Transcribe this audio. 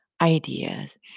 ideas